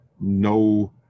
no